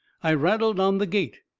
i rattled on the gate.